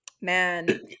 Man